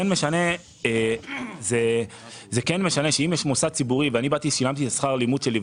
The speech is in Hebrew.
משנה שאם יש מוסד ציבורי ואני שילמתי את שכר הלימוד שלי,